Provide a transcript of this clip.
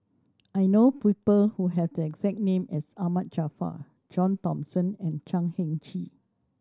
I know people who have the exact name as Ahmad Jaafar John Thomson and Chan Heng Chee